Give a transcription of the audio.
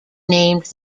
named